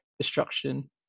destruction